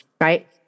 right